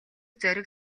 зориг